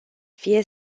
fie